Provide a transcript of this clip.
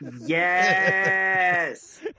Yes